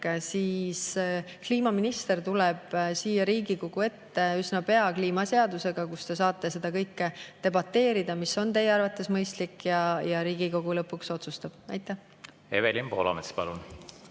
siis kliimaminister tuleb siia Riigikogu ette üsna pea kliimaseadusega. Te saate seda [menetledes öelda], mis on teie arvates mõistlik, ja Riigikogu lõpuks otsustab. Aitäh! Kõigepealt, mina